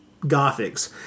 gothics